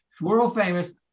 world-famous